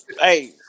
Hey